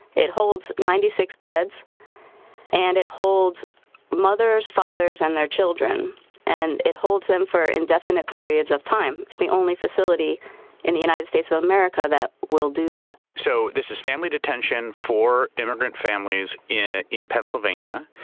it holds ninety six beds and it holds mothers, fathers and their children and it holds them for indefinite periods of time. it's the only facility in the united states of america that will do that. so this is family detention for immigrant families yeah in pennsylvania,